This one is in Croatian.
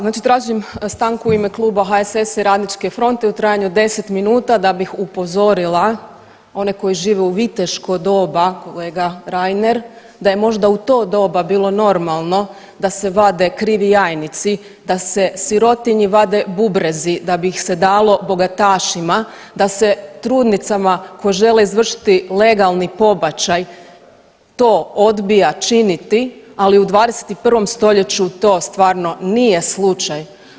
Znači tražim stanku u ime Kluba HSS-a i RF-a u trajanju od 10 minuta da bih upozorila one koji žive u viteško doba kolega Reiner da je možda u to doba bilo normalno da se vade krivi jajnici, da se sirotinji vade bubrezi da bi ih se dalo bogatašima, da se trudnicama koje žele izvršiti legalni pobačaj to odbija činiti, ali u 21. stoljeću to stvarno nije slučaj.